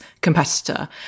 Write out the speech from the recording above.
competitor